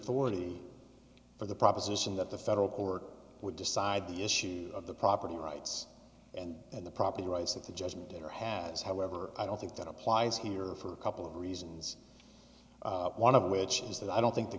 authority for the proposition that the federal court would decide the issue of the property rights and and the property rights that the judgment there has however i don't think that applies here for a couple of reasons one of which is that i don't think the